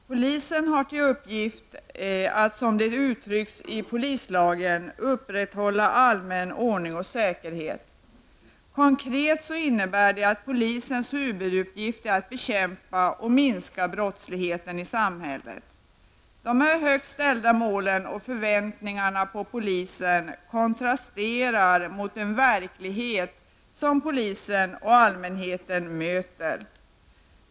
Herr talman! Polisen har till uppgift att, som det uttrycks i polislagen, upprätthålla allmän ordning och säkerhet. Konkret innebär det att polisens huvuduppgift är att bekämpa och minska brottsligheten i samhället. Dessa högt ställda mål och förväntningar på polisen kontrasterar mot den verklighet som polisen och allmänheten möter.